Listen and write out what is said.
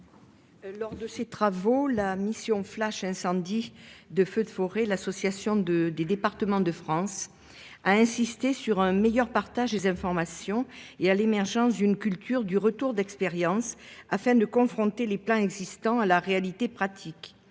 Lors de ces travaux. La mission flash incendie de feux de forêt, l'association de des départements de France, a insisté sur un meilleur partage des informations et à l'émergence d'une culture du retour d'expérience afin de confronter les plans existants à la réalité pratique